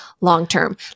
long-term